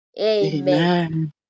Amen